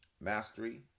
mastery